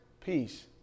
peace